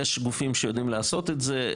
יש גופים שיודעים לעשות את זה,